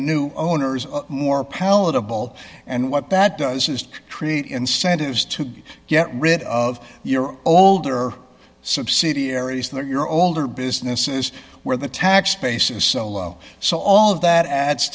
new owners more palatable and what that does is create incentives to get rid of your older subsidiaries that your older businesses where the tax base is so low so all of that adds